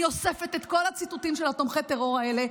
אני אוספת את כל הציטוטים של תומכי הטרור האלה,